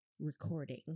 recording